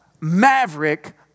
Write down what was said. maverick